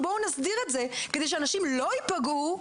בואו נסדיר את זה כדי שאנשים לא ייפגעו,